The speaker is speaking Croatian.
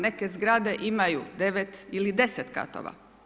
Neke zgrade imaju 9 ili 10 katova.